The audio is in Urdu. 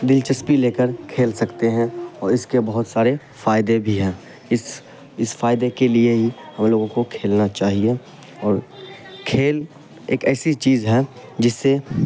دلچسپی لے کر کھیل سکتے ہیں اور اس کے بہت سارے فائدے بھی ہیں اس اس فائدے کے لیے ہی ہم لوگوں کو کھیلنا چاہیے اور کھیل ایک ایسی چیز ہے جس سے